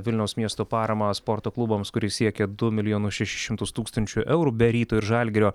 vilniaus miesto paramą sporto klubams kuris siekia du milijonus šešis šimtus tūkstančių eurų be ryto ir žalgirio